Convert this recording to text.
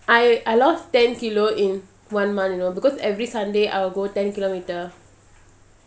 I I lost ten kilo in one month you know because every sunday I will go ten kilometre